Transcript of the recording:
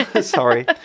Sorry